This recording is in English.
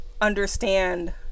understand